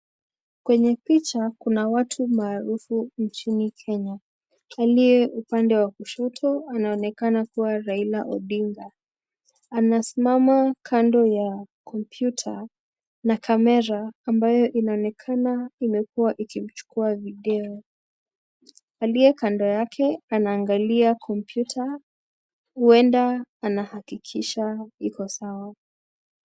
Kwenye picha kuna watu maarufu nchini Kenya. Aliye upande wa kushoto anaonekana kuwa Raila Odinga. Anasimama kando ya kompuyta na kamera ambayo inaonekana imekuwa ikimchukua video. Aliye kando yake anaangalia kompyuta huenda anahakikisha iko sawa.